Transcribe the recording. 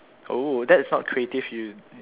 oh that's not creative you ya mm